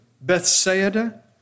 Bethsaida